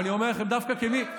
ואני אומר לכם דווקא כמי,